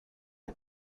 the